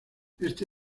este